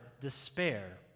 despair